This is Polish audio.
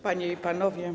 Panie i Panowie!